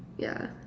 yeah